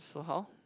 so how